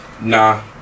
Nah